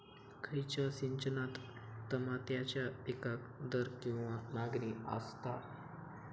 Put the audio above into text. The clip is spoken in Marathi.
खयच्या सिजनात तमात्याच्या पीकाक दर किंवा मागणी आसता?